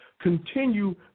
continue